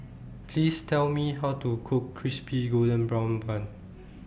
Please Tell Me How to Cook Crispy Golden Brown Bun